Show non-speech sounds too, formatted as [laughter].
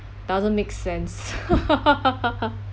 doesn't make sense [laughs]